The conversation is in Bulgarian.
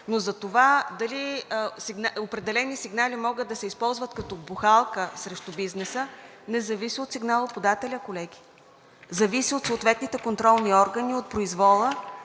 но за това дали определени сигнали могат да се използват като бухалка срещу бизнеса, не зависи от сигналоподателя, колеги. Зависи от съответните контролни органи и от произвола